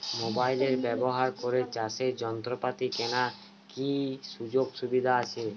Mobile ব্যবহার করে চাষের যন্ত্রপাতি কেনার কি সুযোগ সুবিধা আছে?